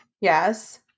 Yes